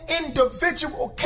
individual